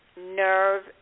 nerve